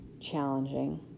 challenging